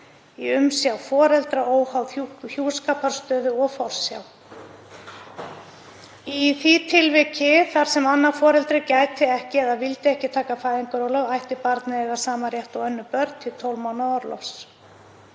í umsjá foreldra, óháð hjúskaparstöðu og forsjá. Í því tilviki þar sem annað foreldrið gæti ekki eða vildi ekki taka fæðingarorlof ætti barn eiga sama rétt og önnur börn til 12 mánaða orlofs.